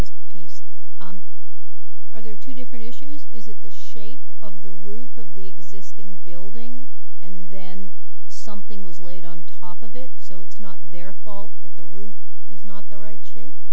this piece are there two different issues is it the shape of the roof of the existing building and then something was laid on top of it so it's not their fault that the roof is not the right shape